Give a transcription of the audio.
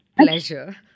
pleasure